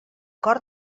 cor